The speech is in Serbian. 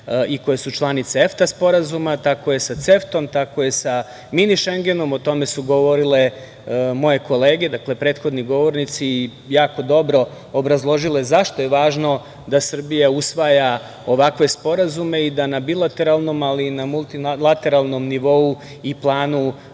i koje su članice EFTA sporazuma. Tako je sa CEFTA-om, tako je mini Šengenom, o tome su govorile moje kolege prethodni govornici, i jako dobro obrazložile zašto je važno da Srbija usvaja ovakve sporazume i da na bilateralnom, ali i na multilateralnom nivou i planu